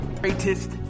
Greatest